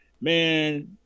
Man